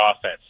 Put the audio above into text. offense